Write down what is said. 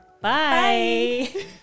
Bye